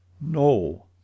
No